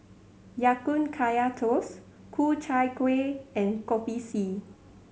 Ya Kun Kaya Toast Ku Chai Kuih and Kopi C